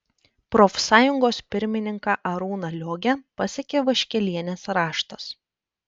profsąjungos pirmininką arūną liogę pasiekė vaškelienės raštas